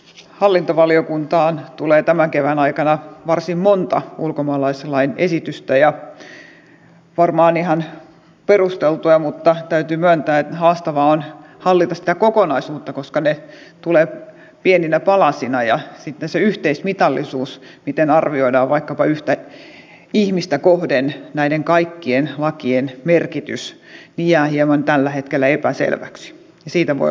hallintovaliokuntaan tulee tämän kevään aikana varsin monta ulkomaalaislain esitystä ja varmaan ihan perusteltuja mutta täytyy myöntää että haastavaa on hallita sitä kokonaisuutta koska ne tulevat pieninä palasina ja sitten se yhteismitallisuus miten arvioidaan vaikkapa yhtä ihmistä kohden näiden kaikkien lakien merkitys jää tällä hetkellä hieman epäselväksi ja siitä voi olla huolissaan